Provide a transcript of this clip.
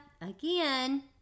again